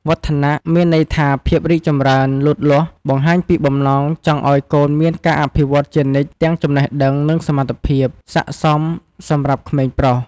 វឌ្ឍនៈ មានន័យថាភាពរីកចម្រើន លូតលាស់ បង្ហាញពីបំណងចង់ឱ្យកូនមានការអភិវឌ្ឍជានិច្ចទាំង ចំណេះដឹង និង សមត្ថភាព សាកសមសម្រាប់ក្មេងប្រុស។